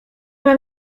mam